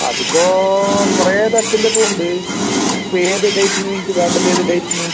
അത് ഇപ്പോൾ കുറേ തരത്തിൻ്റെ ഇപ്പോൾ ഉണ്ട് ഇപ്പം ഏത് ഡേറ്റിന് നിങ്ങൾക്ക് വേണ്ടത് ഏത് ഡേറ്റിന്